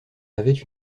avaient